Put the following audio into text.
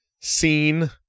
seen